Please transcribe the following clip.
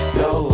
no